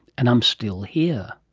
and i'm still here.